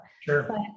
sure